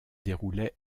déroulait